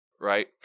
right